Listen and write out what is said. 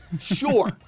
sure